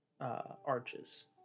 arches